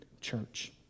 church